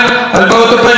על בעיות הפריפריה,